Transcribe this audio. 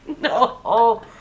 no